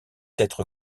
être